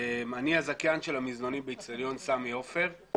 אני הזכיין של המזנונים באצטדיון סמי עופר.